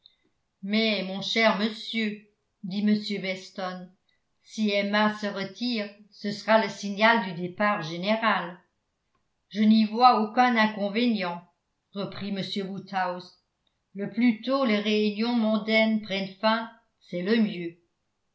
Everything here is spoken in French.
mais mon cher monsieur dit m weston si emma se retire ce sera le signal du départ général je n'y vois aucun inconvénient reprit m woodhouse le plus tôt les réunions mondaines prennent fin c'est le mieux